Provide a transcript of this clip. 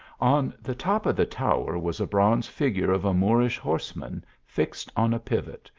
on the top of the tower was a bronze figure of a moorish horseman, fixed on a pivot,